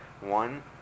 One